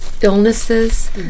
illnesses